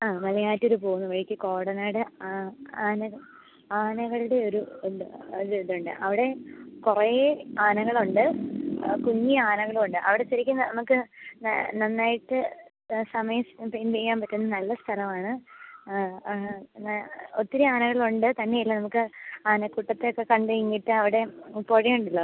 ആ മലയാറ്റൂർ പോവുന്ന വഴിക്ക് കോടനാട് ആ ആന ആനകളുടെ ഒരു എന്ത് ഒരിതുണ്ട് അവിടെ കുറേ ആനകളുണ്ട് കുഞ്ഞി ആനകളും ഉണ്ട് അവിടെ ശരിക്കും നമുക്ക് നന്നായിട്ട് സമയം സ്പെൻഡ് ചെയ്യാൻ പറ്റുന്ന നല്ല സ്ഥലമാണ് എന്നാ ഒത്തിരി ആനകളുണ്ട് തന്നെയല്ല നമുക്ക് ആനക്കൂട്ടത്തെ ഒക്കെ കണ്ട് എന്നിട്ട് അവിടെ പുഴ ഉണ്ടല്ലോ